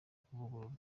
kuvugururwa